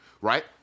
right